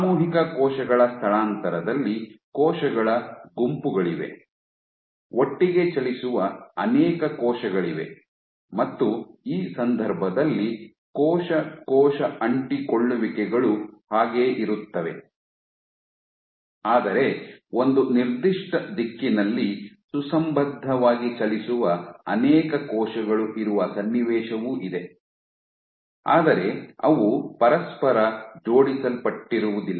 ಸಾಮೂಹಿಕ ಕೋಶಗಳ ಸ್ಥಳಾಂತರದಲ್ಲಿ ಕೋಶಗಳ ಗುಂಪುಗಳಿವೆ ಒಟ್ಟಿಗೆ ಚಲಿಸುವ ಅನೇಕ ಕೋಶಗಳಿವೆ ಮತ್ತು ಈ ಸಂದರ್ಭದಲ್ಲಿ ಕೋಶ ಕೋಶ ಅಂಟಿಕೊಳ್ಳುವಿಕೆಗಳು ಹಾಗೇ ಇರುತ್ತವೆ ಆದರೆ ಒಂದು ನಿರ್ದಿಷ್ಟ ದಿಕ್ಕಿನಲ್ಲಿ ಸುಸಂಬದ್ಧವಾಗಿ ಚಲಿಸುವ ಅನೇಕ ಕೋಶಗಳು ಇರುವ ಸನ್ನಿವೇಶವೂ ಇದೆ ಆದರೆ ಅವು ಪರಸ್ಪರ ಜೋಡಿಸಲ್ಪಟ್ಟಿರುವುದಿಲ್ಲ